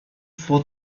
for